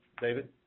David